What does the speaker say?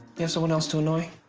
you have someone else to annoy?